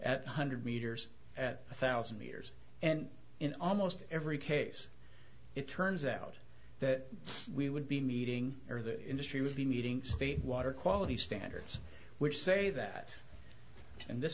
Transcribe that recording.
one hundred meters at a thousand years and in almost every case it turns out that we would be meeting or the industry would be meeting state water quality standards which say that in this